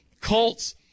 Colts